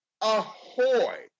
ahoy